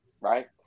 right